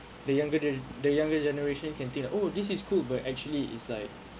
the younger gener~ the younger generation can think like oh this is cool but actually is like